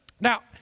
Now